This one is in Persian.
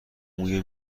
موی